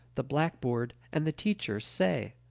the blackboard, and the teacher say.